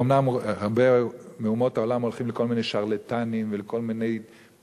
אומנם הרבה מאומות העולם הולכים לכל מיני שרלטנים ולכל מיני